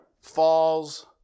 falls